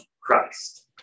Christ